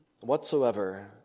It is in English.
whatsoever